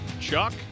Chuck